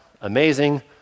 amazing